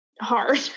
hard